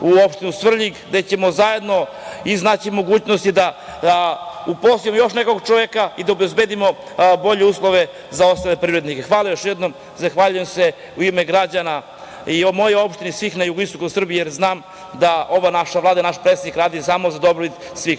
u opštinu Svrljig, gde ćemo svi zajedno iznaći mogućnosti da uposlimo još nekog čoveka i da obezbedimo bolje uslove za ostale privrednike. Hvala još jednom, i zahvaljujem se u ime moje i svih građana na jugoistoku Srbije, jer znam da naš predsednik radi samo za dobrobit